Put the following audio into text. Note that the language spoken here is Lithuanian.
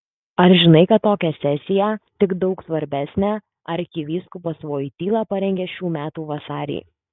ar žinai kad tokią sesiją tik daug svarbesnę arkivyskupas voityla parengė šių metų vasarį